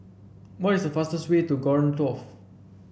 what is the fastest way to Khartoum